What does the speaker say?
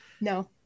no